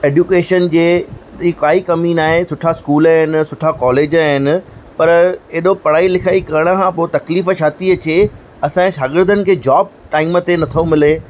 education जे काई कमी नाहे सुठा स्कूल आहिनि सुठा कॉलेज आहिनि पर ऐॾो पढ़ाई लिखाई करण खां पोइ तकलीफ़ छा थी अचे असां जे शागिर्दनि खे जॉब टाइम ते न थो मिले